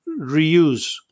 reuse